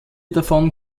davon